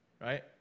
Right